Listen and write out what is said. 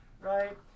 right